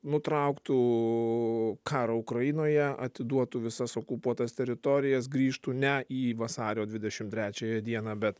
nutrauktų karą ukrainoje atiduotų visas okupuotas teritorijas grįžtų ne į vasario dvidešim trečiąją dieną bet